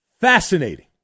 fascinating